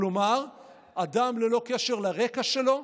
כלומר אדם, ללא קשר לרקע שלו,